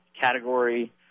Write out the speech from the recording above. category